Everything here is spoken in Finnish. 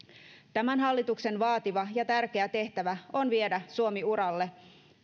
tämän hallituksen vaativa ja tärkeä tehtävä on viedä suomi uralle